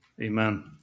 Amen